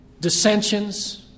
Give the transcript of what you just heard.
dissensions